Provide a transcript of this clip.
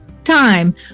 time